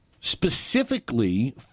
specifically